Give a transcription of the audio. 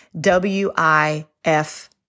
W-I-F